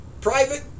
private